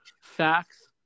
facts